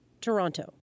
Toronto